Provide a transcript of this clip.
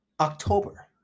October